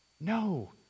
no